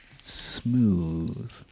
smooth